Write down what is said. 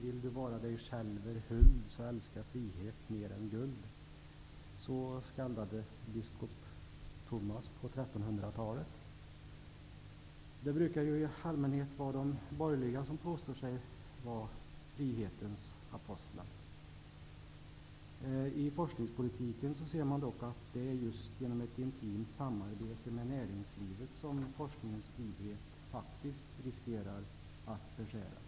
Vill du vara dig själver huld så älska frihet mer än guld.'' Så skaldade biskop Tomas på 1300 I allmänhet är det de borgerliga som påstår sig vara frihetens apostlar. I forskningspolitiken ser man dock att det är just genom ett intimt samarbete med näringslivet som forskningens frihet faktiskt riskerar att beskäras.